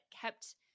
kept